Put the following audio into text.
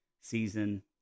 season